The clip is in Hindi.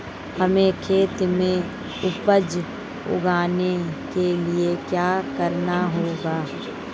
हमें खेत में उपज उगाने के लिये क्या करना होगा?